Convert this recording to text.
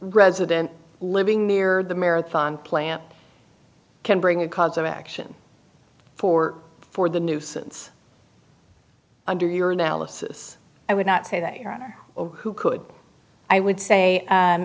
residents living near the marathon plant can bring a cause of action for for the nuisance under your analysis i would not say that your honor or who could i would say